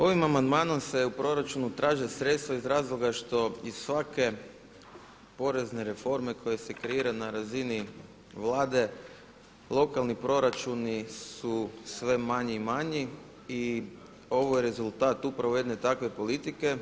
Ovim amandmanom se u proračunu traže sredstva iz razloga što iz svake porezne reforme koje se kreira na razini Vlade, lokalni proračuni su sve manji i manji i ovo je rezultat upravo jedne takve politike.